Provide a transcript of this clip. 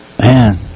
Man